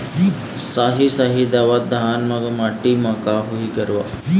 साही शाही दावत धान कोन माटी म होही गरवा?